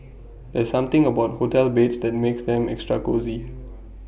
there's something about hotel beds that makes them extra cosy